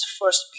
first